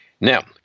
Now